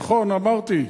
נכון, אמרתי.